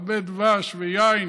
הרבה דבש ויין